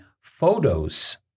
photos